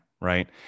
right